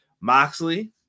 Moxley